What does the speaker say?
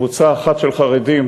קבוצה אחת של חרדים